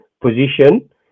position